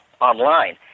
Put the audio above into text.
online